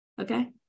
okay